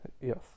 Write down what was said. Yes